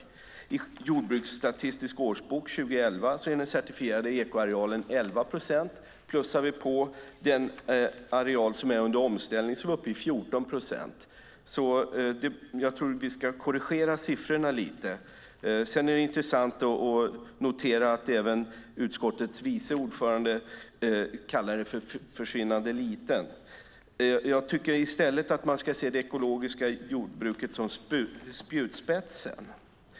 Enligt Jordbruksstatistisk årsbok 2011 är den certifierade ekoarealen 11 procent. Plussar vi på den areal som är under omställning är vi uppe i 14 procent. Jag tror att vi ska korrigera siffrorna lite. Det är intressant att notera att även utskottets vice ordförande kallar det för försvinnande lite. Jag tycker att man ska se det ekologiska jordbruket som spjutspetsen.